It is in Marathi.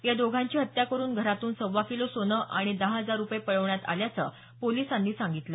या दोघांची हत्या करुन घरातून सव्वा किलो सोनं आणि दहा हजार रुपये पळवण्यात आल्याचं पोलिसांनी सागितलं